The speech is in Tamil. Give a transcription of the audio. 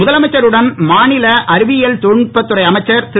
முதலமைச்சருடன் மாநில அறிவியல் தொழில்நுட்பத் துறை அமைச்சர் திரு